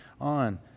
on